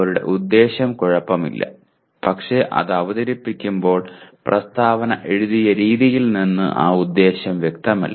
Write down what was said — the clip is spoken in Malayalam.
അവരുടെ ഉദ്ദേശ്യം കുഴപ്പമില്ല പക്ഷേ അത് അവതരിപ്പിക്കുമ്പോൾ പ്രസ്താവന എഴുതിയ രീതിയിൽ നിന്ന് ആ ഉദ്ദേശ്യം വ്യക്തമല്ല